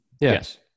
Yes